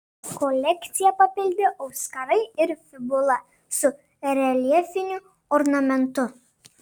kolekciją papildė auskarai ir fibula su reljefiniu ornamentu